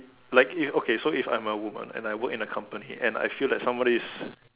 like if okay so if I'm a woman and I work in a company and I feel that somebody is